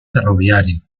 ferroviario